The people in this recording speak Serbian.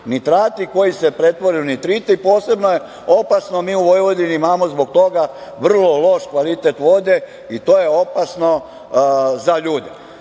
Nitrati koji se pretvore u nitrite i posebno je opasno, mi u Vojvodini imamo zbog toga vrlo loš kvalitet vode i to je opasno za ljude. Ja